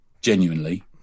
genuinely